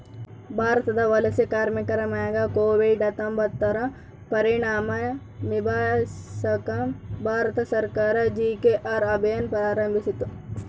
ಭಾರತದ ವಲಸೆ ಕಾರ್ಮಿಕರ ಮ್ಯಾಗ ಕೋವಿಡ್ ಹತ್ತೊಂಬತ್ತುರ ಪರಿಣಾಮ ನಿಭಾಯಿಸಾಕ ಭಾರತ ಸರ್ಕಾರ ಜಿ.ಕೆ.ಆರ್ ಅಭಿಯಾನ್ ಪ್ರಾರಂಭಿಸಿತು